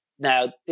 Now